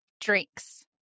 Drinks